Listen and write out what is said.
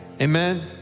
amen